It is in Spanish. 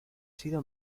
sido